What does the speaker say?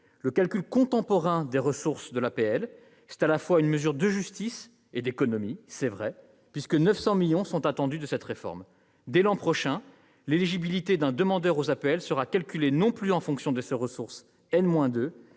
Le calcul contemporain des ressources des APL, c'est tout à la fois une mesure de justice et d'économie, puisque 900 millions d'euros sont attendus de cette réforme. Dès l'an prochain, l'éligibilité d'un demandeur aux APL sera calculée non plus en fonction de ses ressources n-2,